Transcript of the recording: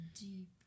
Deep